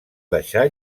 deixar